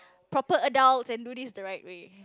proper adults and do this the right way